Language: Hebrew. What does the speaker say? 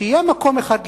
שיהיה מקום אחד,